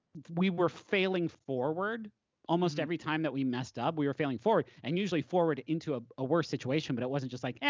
we were failing forward almost every time that we messed up, we were failing forward, and usually forward into a worse situation, but it wasn't just like, hey,